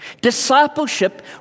Discipleship